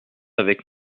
avec